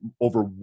over